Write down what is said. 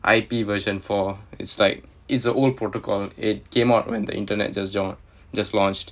I_P version four it's like it's a old protocol it came out when the internet just lau~ just launched